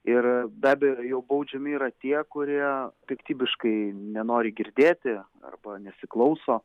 ir be abejo jau baudžiami yra tie kurie piktybiškai nenori girdėti arba nesiklauso